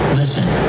listen